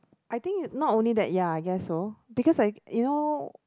I think it not only that ya I guess so because I you know